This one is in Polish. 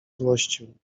złościł